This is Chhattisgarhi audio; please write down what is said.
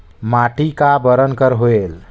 माटी का बरन कर होयल?